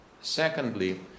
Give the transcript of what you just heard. Secondly